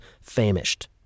famished